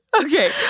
Okay